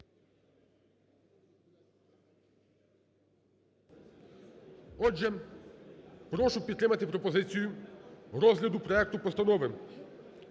Отже, прошу підтримати пропозицію розгляду проекту Постанови